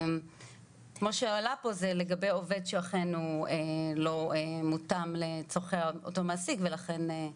כמו שהועלה פה זה לגבי עובד שאכן הוא לא מותאם לצרכי אותו המעסיק ולכן,